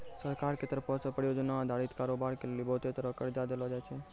सरकार के तरफो से परियोजना अधारित कारोबार के लेली बहुते तरहो के कर्जा देलो जाय छै